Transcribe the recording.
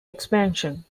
expansion